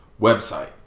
website